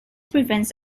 prevents